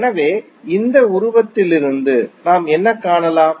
எனவே இந்த உருவத்திலிருந்து நாம் என்ன காணலாம்